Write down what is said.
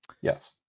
Yes